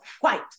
white